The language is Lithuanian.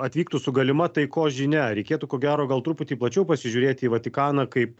atvyktų su galima taikos žinia reikėtų ko gero gal truputį plačiau pasižiūrėti į vatikaną kaip